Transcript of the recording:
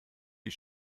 die